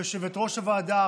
ליושבת-ראש הוועדה,